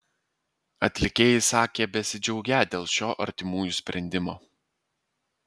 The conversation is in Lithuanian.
atlikėjai sakė besidžiaugią dėl šio artimųjų sprendimo